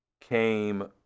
came